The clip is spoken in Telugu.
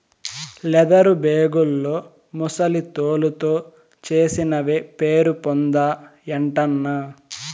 లెదరు బేగుల్లో ముసలి తోలుతో చేసినవే పేరుపొందాయటన్నా